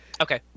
Okay